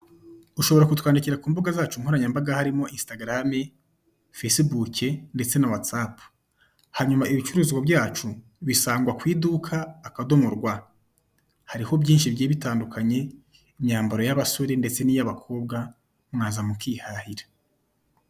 Ushobora kutwandikira ku mbuga zacu nkoranyambaga harimo insitagarame, fesibuke ndetse na watsapu hanyuma ibicuruzwa byacu bisangwa ku iduka akadomo rwa. Hariho byinshi bigiye bitandukanye imyambaro y'abasore ndetse n'iy'abakobwa mwaza mu kihahira.